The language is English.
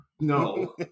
no